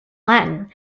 latin